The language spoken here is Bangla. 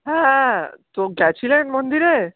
হ্যাঁ তো গিয়েছিলেন মন্দিরে